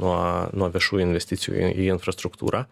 nuo nuo viešųjų investicijų į infrastruktūrą